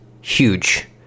huge